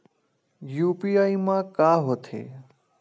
UPI मा का होथे?